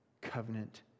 covenant